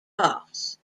costs